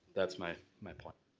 that's my my point.